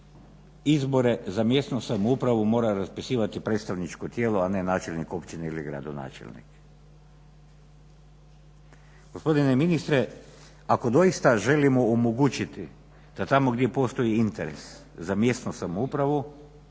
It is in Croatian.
Izbore za mjesnu samoupravu mora raspisivati predstavničko tijelo, a ne načelnik općine ili gradonačelnik. Gospodine ministre, ako doista želimo omogućiti da tamo gdje postoji interes za mjesnu samoupravu